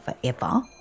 forever